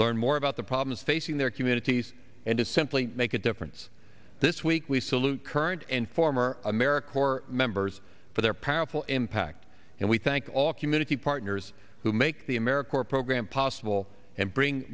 learn more about the problems facing their communities and to simply make a difference this week we salute current and former america corps members for their powerful impact and we thank all community partners who make the america our program possible and bring